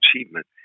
achievement